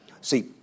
See